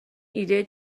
ایده